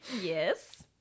Yes